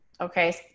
Okay